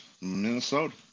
Minnesota